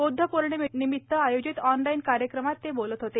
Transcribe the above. बुध्द पौर्णिमेनिमित आयोजित ऑनलाईन कार्यक्रमात ते बोलत होते